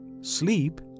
sleep